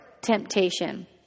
Temptation